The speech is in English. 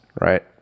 Right